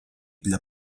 для